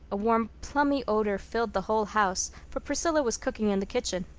a warm plummy odor filled the whole house, for priscilla was cooking in the kitchen.